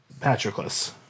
Patroclus